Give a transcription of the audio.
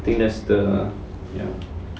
I think that's the ya